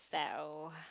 so